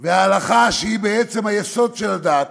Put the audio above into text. וההלכה, שהיא בעצם היסוד של הדת,